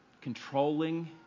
controlling